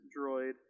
droid